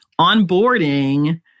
onboarding